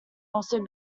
also